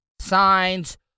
Signs